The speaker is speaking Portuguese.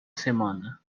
semana